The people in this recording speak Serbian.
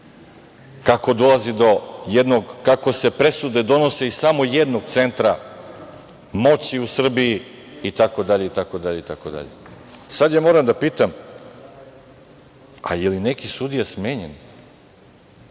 kako se presude donose iz samo jednog centra moći u Srbiji itd, itd, itd. Sada ja moram da pitam da li je neki sudija smenjen